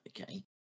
okay